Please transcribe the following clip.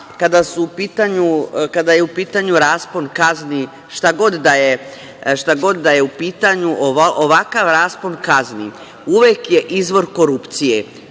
kada je u pitanju raspon kazni. Šta god da je u pitanju, ovakav raspon kazni uvek je izvor korupcije.